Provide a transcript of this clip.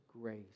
grace